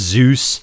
Zeus